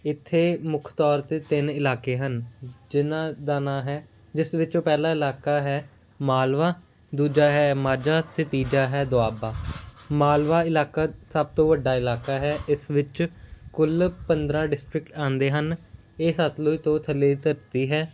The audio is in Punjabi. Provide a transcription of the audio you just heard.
ਇੱਥੇ ਮੁੱਖ ਤੌਰ 'ਤੇ ਤਿੰਨ ਇਲਾਕੇ ਹਨ ਜਿਨਾਂ ਦਾ ਨਾਂ ਹੈ ਜਿਸ ਵਿੱਚੋਂ ਪਹਿਲਾ ਇਲਾਕਾ ਹੈ ਮਾਲਵਾ ਦੂਜਾ ਹੈ ਮਾਝਾ ਅਤੇ ਤੀਜਾ ਹੈ ਦੁਆਬਾ ਮਾਲਵਾ ਇਲਾਕਾ ਸਭ ਤੋਂ ਵੱਡਾ ਇਲਾਕਾ ਹੈ ਇਸ ਵਿੱਚ ਕੁੱਲ ਪੰਦਰ੍ਹਾਂ ਡਿਸਟਰਿਕਟ ਆਉਂਦੇ ਹਨ ਇਹ ਸਤਲੁਜ ਤੋਂ ਥੱਲੇ ਦੀ ਧਰਤੀ ਹੈ